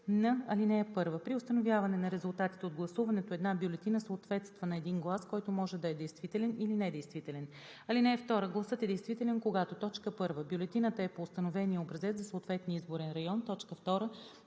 306н (1) При установяване на резултатите от гласуването една бюлетина съответства на един глас, който може да е действителен или недействителен. (2) Гласът е действителен, когато: 1. бюлетината е по установения образец за съответния изборен район; 2.